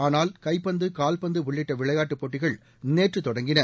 ஆனால் கைப்பந்து கால்பந்து உள்ளிட்ட விளையாட்டுப் போட்டிகள் நேற்று தொடங்கின